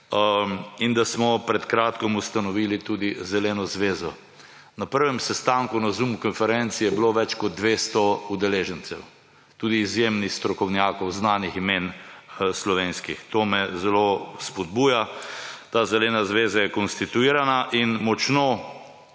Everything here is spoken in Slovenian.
in da smo pred kratkim ustanovili tudi Zeleno zvezo. Na prvem sestanku na konferenci Zoom je bilo več kot 200 udeležencev, tudi izjemnih strokovnjakov, znanih slovenskih imen. To me zelo spodbuja. Ta Zelena zveza je konstituirana in močno